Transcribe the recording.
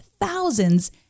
thousands